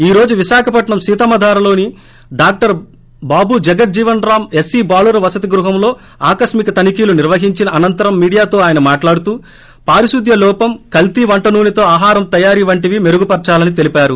ఈ రోజు విశాఖపట్నం సీతమ్మధారలోని డాక్టర్ బాబుజగజ్జీవన్ రామ్ ఎస్పీ బాలుర వసతిగృహం లో ఆకస్మిక తనిఖీలు నిర్వహించిన అనంతరం మీడియాతో ఆయన మాట్లాడుతూ పారిశుద్యలోపం కల్తీ వంటనూసెతో ఆహారం తయారీ వంటివి మెరుగుపర్చాలని తెలిపారు